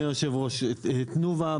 תנובה,